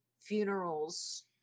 funerals